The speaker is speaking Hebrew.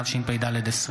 התשפ"ד 2024,